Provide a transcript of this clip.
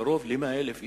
קרוב ל-100,000 איש,